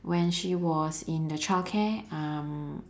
when she was in the childcare um